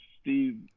steve